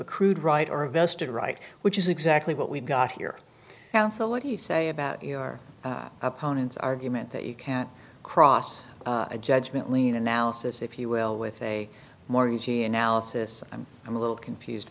accrued right or vested right which is exactly what we've got here now so what do you say about your opponent's argument that you can't cross a judgment lean analysis if you will with a mortgagee analysis and i'm a little confused